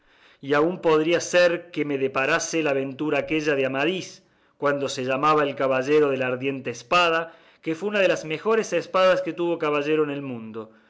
y aun podría ser que me deparase la ventura aquella de amadís cuando se llamaba el caballero de la ardiente espada que fue una de las mejores espadas que tuvo caballero en el mundo